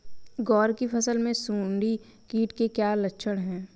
ग्वार की फसल में सुंडी कीट के क्या लक्षण है?